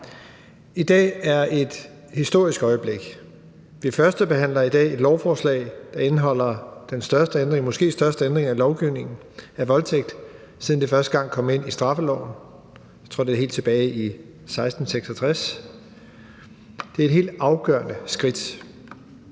I dag er et historisk øjeblik. Vi førstebehandler i dag et lovforslag, der indeholder den måske største ændring af lovgivningen om voldtægt, siden det første gang kom ind i straffeloven – jeg tror, det er helt tilbage i 1666. Det er et helt afgørende skridt.